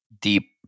deep